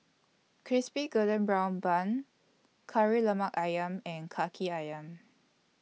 Crispy Golden Brown Bun Kari Lemak Ayam and Kaki Ayam